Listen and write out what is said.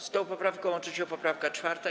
Z tą poprawką łączy się poprawka 4.